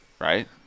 Right